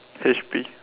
H P